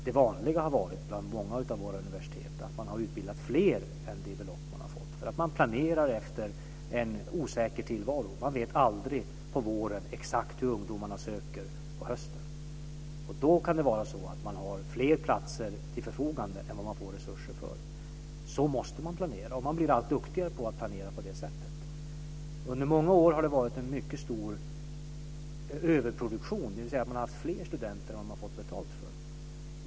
Det vanliga har varit att många av universiteten har utbildat fler än det som motsvarar det belopp som de har fått, därför att de planerar efter en osäker tillvaro. De vet aldrig på våren exakt hur ungdomarna söker på hösten. Då kan det vara så att de har fler platser till förfogande än vad de får resurser för. Så måste de planera, och de blir allt duktigare på att planera på det sättet. Under många år har det varit en mycket stor överproduktion, dvs. att de har haft fler studenter än vad de har fått betalt för.